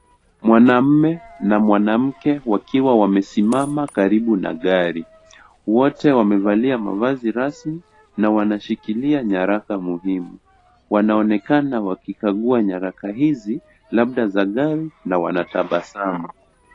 Mwanaume na mwanamke wakiwa wamesimama karibu na gari. Wote wamevalia mavazi rasmi na wanashikilia nyaraka muhimu. Wanaonekana wakikagua nyaraka hizi labda za gari na wanatabasamu.